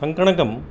सङ्कणकं